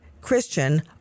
Christian